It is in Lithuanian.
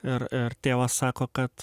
ir ir tėvas sako kad